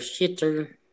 shitter